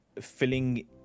Filling